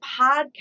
podcast